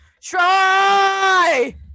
try